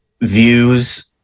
views